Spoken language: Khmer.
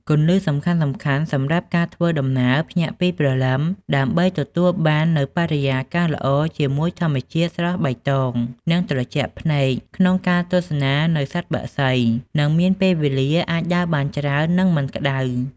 គន្លឹះសំខាន់ៗសម្រាប់ការធ្វើដំណើរភ្ញាក់ពីព្រលឹមដើម្បីទទួលបាននៅបរិយាកាសល្អជាមួយធម្មជាតិស្រស់បៃតងនិងត្រជាក់ភ្នែកក្នុងការទស្សនានៅសត្វបក្សីនិងមានពេលវេលាអាចដើរបានច្រើននិងមិនក្តៅខ្លាំង។